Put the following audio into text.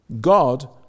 God